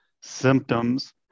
symptoms